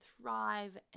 thrive